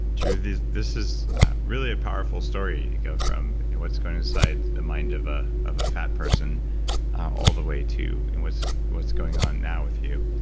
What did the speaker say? drew, this this is really a powerful story. you go from what's going on inside the mind of ah of a fat person all the way to and what's what's going on now with you.